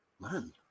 man